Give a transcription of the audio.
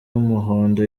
w’umuhondo